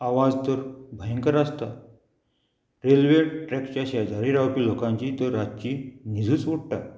आवाज तर भयंकर आसता रेल्वे ट्रॅकच्या शेजारी रावपी लोकांची तर रातची न्हिजूच उडटा